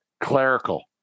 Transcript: Clerical